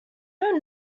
don’t